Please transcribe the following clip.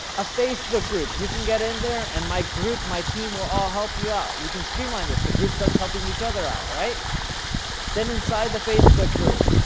a facebook group. you can get in there and my group, my team will all help you out. you can streamline this, the group starts helping each other out. then inside the facebook group,